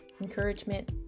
encouragement